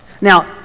Now